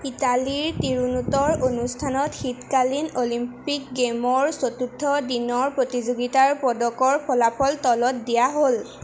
ইটালীৰ টিৰোনোতৰ অনুষ্ঠানত শীতকালীন অলিম্পিক গেইমৰ চতুৰ্থ দিনৰ প্ৰতিযোগীতাৰ পদকৰ ফলাফল তলত দিয়া হ'ল